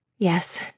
Yes